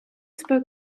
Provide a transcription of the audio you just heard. spoke